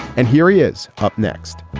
and here he is up next.